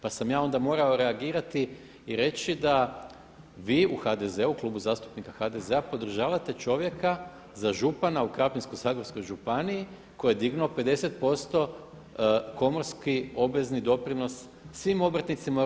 Pa sam ja onda morao reagirati i reći da vi u HDZ-u, Klubu zastupnika HDZ-a podržavate čovjeka za župana u Krapinsko-zagorskoj županiji koji je dignuo 50% komorski obvezni doprinos svim obrtnicima u RH.